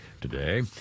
today